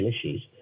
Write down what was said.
issues